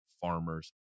farmers